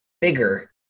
bigger